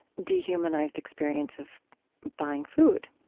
dehumanized experience of buying food.